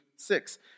Six